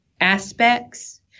aspects